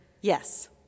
yes